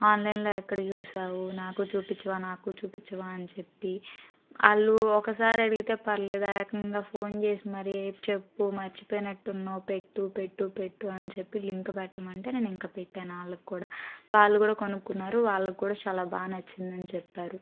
ఆన్లైన్లో ఎక్కడ చూసావు నాకు చూపించవా నాకు చూపించవా అని చెప్పి వాళ్ళు ఒక్కసారి అడిగితే పర్వాలేదు ఏకంగా ఫోన్ చేసి మరీ చెప్పు మర్చిపోయిన్నట్టున్నావు పెట్టు పెట్టు పెట్టు అని చెప్పి లింక్ పెట్టమంటే నేను ఇంక పెట్టాను వాళ్ళకి కూడా వాళ్ళు కూడా కొనుక్కున్నారు వాళ్ళకి కూడా చాలా బాగా నచ్చింది అని చెప్పారు